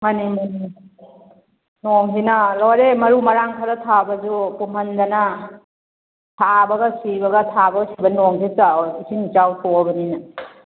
ꯃꯥꯅꯤ ꯃꯥꯅꯤ ꯅꯣꯡꯁꯤꯅ ꯂꯣꯏꯔꯦ ꯃꯔꯨ ꯃꯔꯥꯡ ꯈꯔ ꯊꯥꯕꯗꯨ ꯄꯨꯝꯍꯟꯗꯅ ꯊꯥꯕꯒ ꯁꯤꯕꯒ ꯊꯥꯕꯒ ꯁꯤꯕꯒ ꯅꯣꯡꯁꯤꯅ ꯏꯁꯤꯡ ꯏꯆꯥꯎ ꯊꯣꯛꯑꯕꯅꯤꯅ